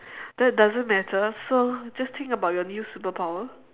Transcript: that doesn't matter so just think about your new superpower